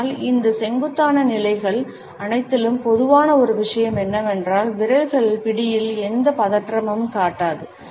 ஆனால் இந்த செங்குத்தான நிலைகள் அனைத்திலும் பொதுவான ஒரு விஷயம் என்னவென்றால் விரல்கள் பிடியில் எந்த பதற்றத்தையும் காட்டாது